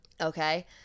Okay